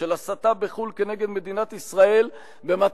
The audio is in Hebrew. של הסתה בחוץ-לארץ כנגד מדינת ישראל במטרה